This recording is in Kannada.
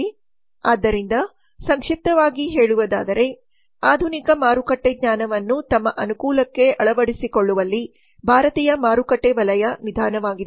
ಆದ್ದರಿಂದ ಸಂಕ್ಷಿಪ್ತವಾಗಿ ಹೇಳುವುದಾದರೆ ಆಧುನಿಕ ಮಾರುಕಟ್ಟೆ ಜ್ಞಾನವನ್ನು ತಮ್ಮ ಅನುಕೂಲಕ್ಕೆ ಅಳವಡಿಸಿಕೊಳ್ಳುವಲ್ಲಿ ಭಾರತೀಯ ಮಾರುಕಟ್ಟೆ ವಲಯ ನಿಧಾನವಾಗಿದೆ